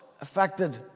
affected